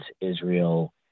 Israel